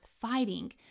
fighting